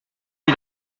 wie